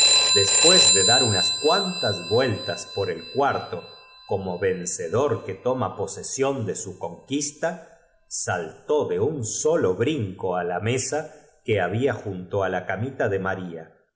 hedespués de dar unas cuantas vueltas por cho irrupción en casa mira pobre maría el cuarto como vencedor que toma pose añadió llevando á la niña al salón mira sión de su conquista saltó de un solo cómo se han comido esos picaros bichos brinco á la mesa que había junto á la ca todos tus confites mita da maría